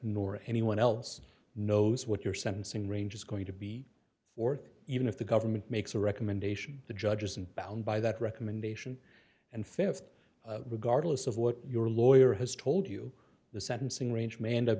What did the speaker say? nor anyone else knows what your sentencing range is going to be forth even if the government makes a recommendation the judge isn't bound by that recommendation and th regardless of what your lawyer has told you the sentencing range may end up